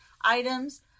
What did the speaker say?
items